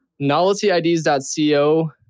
NoveltyIDs.co